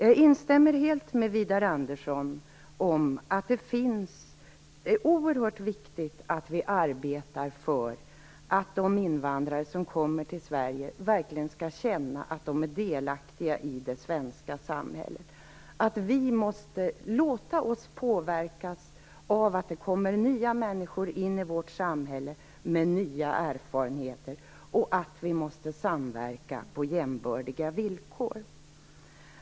Jag instämmer helt med Widar Andersson om att det är oerhört viktigt att vi arbetar för att de invandrare som kommer till Sverige verkligen skall känna att de är delaktiga i det svenska samhället. Vi måste låta oss påverkas av att det kommer nya människor in i vårt samhälle med nya erfarenheter och samverka på jämbördiga villkor.